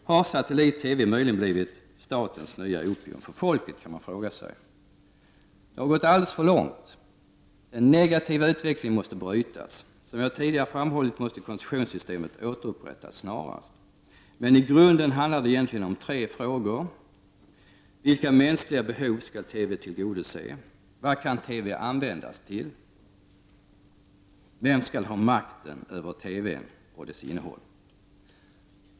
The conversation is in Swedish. Har satellit-TV möjligen blivit statens nya opium för folket? Det har gått alldeles för långt. Den negativa utvecklingen måste brytas. Som jag tidigare framhållit måste koncessionssystemet snarast återupprättas. Men i grunden handlar det egentligen om tre frågor: Vilka mänskliga behov skall TV tillgodose? Vad kan TV användas till? Vem skall ha makten över TV och dess innehåll?